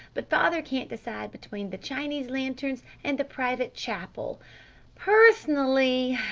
but father can't decide between the chinese lanterns and the private chapel personally,